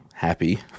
happy